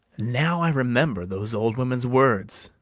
now i remember those old women's words,